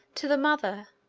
to the mother,